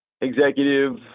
executive